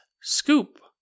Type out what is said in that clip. scoop